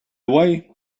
way